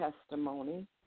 testimony